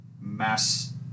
mass